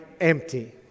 Empty